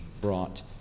brought